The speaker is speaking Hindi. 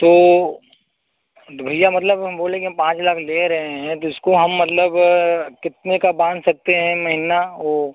तो तो भैया मतलब हम बोलें कि हम पाँच लाख ले रहें हैं तो इसको हम मतलब कितने का बाँध सकते हैं महीना ओ